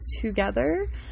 together